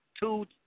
two